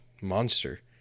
Monster